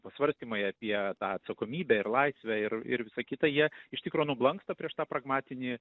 pasvarstymai apie tą atsakomybę ir laisvę ir ir visa kita jie iš tikro nublanksta prieš tą pragmatinį